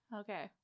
okay